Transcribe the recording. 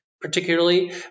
particularly